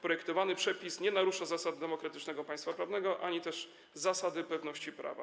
Projektowany przepis nie narusza zasad demokratycznego państwa prawnego ani też zasady pewności prawa.